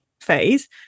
phase